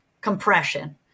compression